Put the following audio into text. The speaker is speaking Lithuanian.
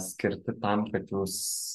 skirti tam kad jūs